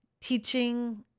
teaching